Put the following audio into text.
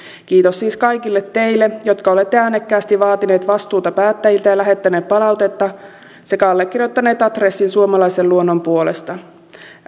kiitos siis kaikille teille jotka olette äänekkäästi vaatineet vastuuta päättäjiltä ja lähettäneet palautetta sekä allekirjoittaneet adressin suomalaisen luonnon puolesta